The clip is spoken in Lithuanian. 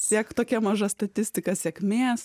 siekt tokia maža statistika sėkmės